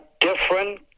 different